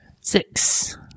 Six